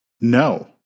No